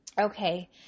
Okay